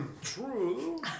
True